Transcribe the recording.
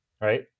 Right